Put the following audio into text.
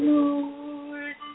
Lord